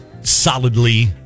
solidly